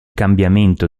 cambiamento